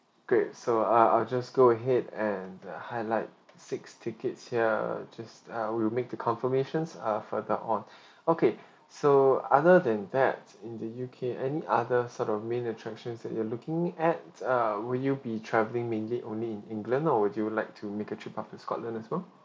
great so uh I'll just go ahead and uh highlight six tickets here just uh we'll make the confirmations uh further on okay so other than that in the U_K any other sort of main attractions that you're looking at err will you be travelling mainly only in england or would you like to make a trip up to scotland as well